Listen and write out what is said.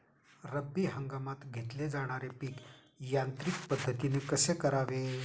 रब्बी हंगामात घेतले जाणारे पीक यांत्रिक पद्धतीने कसे करावे?